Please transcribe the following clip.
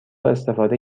استفاده